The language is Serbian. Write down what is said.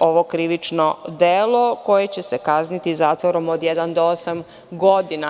ovo krivično delo, koje će se kazniti zatvorom od jedne do osam godina.